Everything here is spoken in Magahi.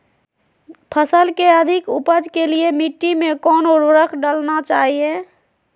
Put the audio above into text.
फसल के अधिक उपज के लिए मिट्टी मे कौन उर्वरक डलना चाइए?